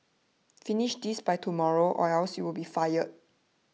finish this by tomorrow or else you'll be fired